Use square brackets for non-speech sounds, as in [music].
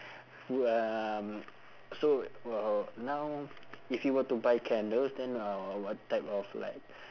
[noise] um so [noise] now if you were to buy candles then uh what type of like